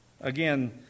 again